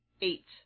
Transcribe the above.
eight